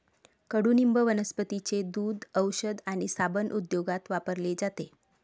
कडुनिंब वनस्पतींचे दूध, औषध आणि साबण उद्योगात वापरले जाते